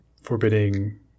forbidding